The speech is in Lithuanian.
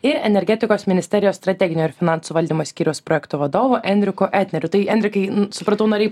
ir energetikos ministerijos strateginio ir finansų valdymo skyriaus projektų vadovu enriku etneriu tai enrikai supratau norėjai